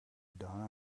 donna